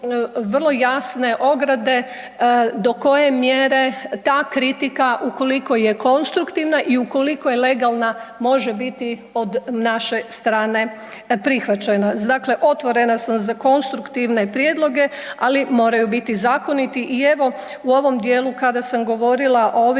vrlo jasne ograde do koje mjere ta kritika ukoliko je konstruktivna i ukoliko je legalna može biti od naše strane prihvaćena. Dakle, otvorena sam za konstruktivne prijedloge, ali moraju biti zakoniti. I evo, u ovom dijelu kada sam govorila o ovim